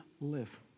live